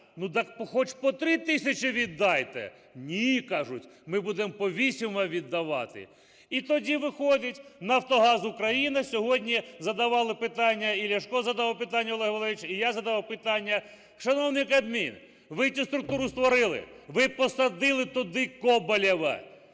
Ну, так хоч по 3 тисячі віддайте! Ні, кажуть, ми будемо по 8 вам віддавати. І тоді виходить, "Нафтогаз України", сьогодні задавали питання, і Ляшко задавав питання, Олег Валерійович, і я задавав питання. Шановний Кабмін, ви цю структуру створили, ви посадили туди Коболєва